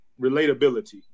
relatability